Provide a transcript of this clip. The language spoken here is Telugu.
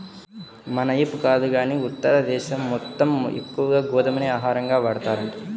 మనైపు కాదు గానీ ఉత్తర దేశం మొత్తం ఎక్కువగా గోధుమనే ఆహారంగా వాడతారంట